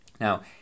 Now